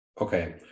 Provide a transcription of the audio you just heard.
Okay